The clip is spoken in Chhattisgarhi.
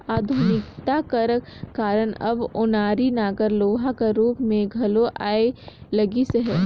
आधुनिकता कर कारन अब ओनारी नांगर लोहा कर रूप मे घलो आए लगिस अहे